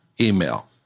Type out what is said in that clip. email